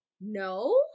No